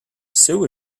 sue